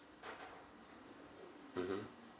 mmhmm